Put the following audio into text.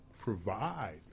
provide